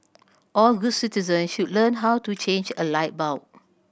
all good citizen should learn how to change a light bulb